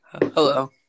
Hello